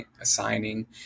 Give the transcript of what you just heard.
assigning